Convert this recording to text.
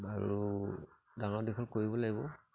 আৰু ডাঙৰ দীঘল কৰিব লাগিব